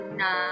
na